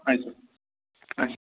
اَچھا اَچھا